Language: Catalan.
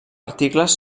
articles